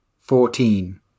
fourteen